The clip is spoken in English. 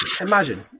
imagine